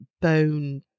bone